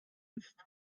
ist